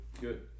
Good